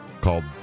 called